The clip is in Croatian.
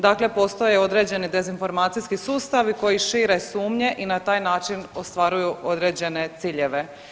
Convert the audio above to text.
Dakle, postoje određeni dezinformacijski sustavi koji šire sumnje i na taj način ostvaruju određene ciljeve.